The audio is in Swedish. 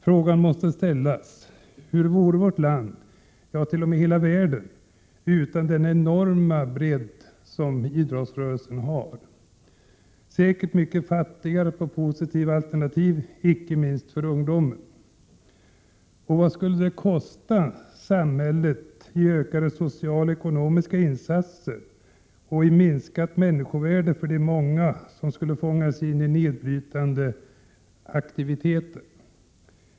Frågan måste ställas: Hur skulle det se ut i vårt land, ja i hela världen, utan den enorma bredd som idrottsrörelsen har? Det skulle säkert vara mycket fattigare på positiva alternativ — icke minst för ungdomen. Vad skulle det kosta samhället i ökade sociala och ekonomiska insatser och i minskat människovärde för de många som skulle fångas in i nedbrytande aktiviteter?